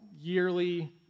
yearly